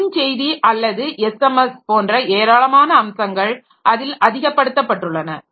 குறுஞ்செய்தி அல்லது எஸ்எம்எஸ் போன்ற ஏராளமான அம்சங்கள் அதில் அதிகப்படுத்தப்பட்டுள்ளன